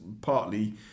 partly